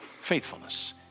faithfulness